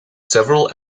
several